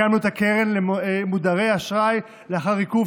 הקמנו את הקרן למודרי אשראי לאחר עיכוב